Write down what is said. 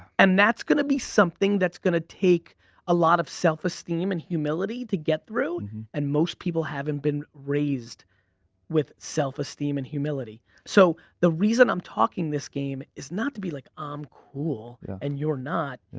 and that's gonna be something that's gonna take a lot of self-esteem and humility to get through and most people haven't been raised with self-esteem and humility. so the reason i'm talking this game is not to be like i'm um cool yeah and you're not.